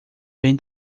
vem